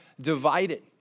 divided